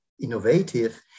innovative